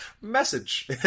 message